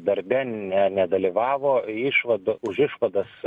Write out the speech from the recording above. darbe ne nedalyvavo išvada už išvadas